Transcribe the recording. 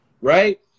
right